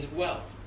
wealth